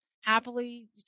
happily